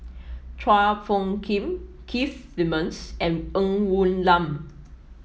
Chua Phung Kim Keith Simmons and Ng Woon Lam